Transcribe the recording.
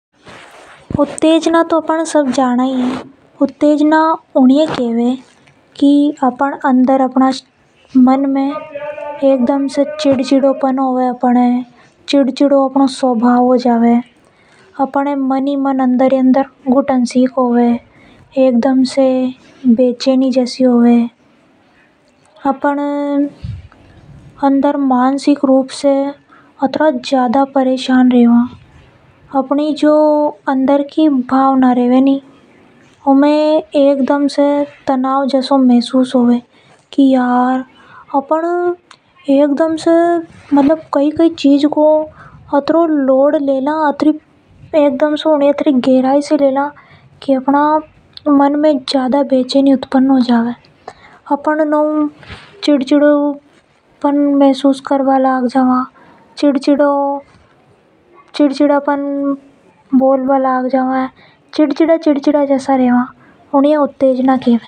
उत्तेजना तो अपन सब जाना ही है अपन एकदम से चीड़ चि डओपन होवे। अंदर ही अंदर अपने मन में घुटन सी होवे स्वभाव भी चीड़ चीड़ हो जावे, बेचैनी जैसी होवे। अपन मानसिक रूप से ज्यादा ही परेशान हो जावा। अपने जो अंदर की भावना रेवे नि उ में एकदम से तनाव जैसओ महसूस होवे। अपन कई कई चीज को बहुत ज्यादा लॉड ले लेवा जिसे अपने मन में ज्यादा ही बेचैनी उत्पन्न हो जावे। इने ही उत्तेजना के वे है।